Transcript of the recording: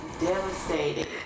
devastated